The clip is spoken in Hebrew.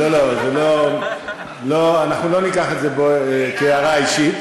אנחנו לא ניקח את זה כהערה אישית,